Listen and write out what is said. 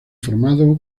formado